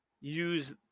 use